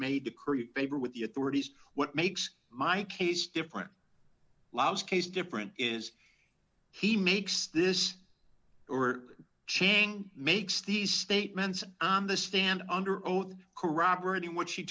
favor with the authorities what makes my case different laus case different is he makes this or chang makes these statements on the stand under oath corroborating what she